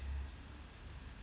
mm